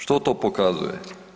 Što to pokazuje?